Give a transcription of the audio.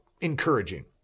encouraging